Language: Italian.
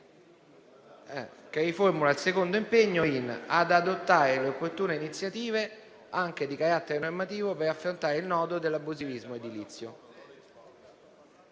riformulazione del secondo impegno: «ad adottare le opportune iniziative, anche di carattere normativo, per affrontare il nodo dell'abusivismo edilizio».